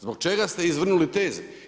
Zbog čega ste izvrnuli teze?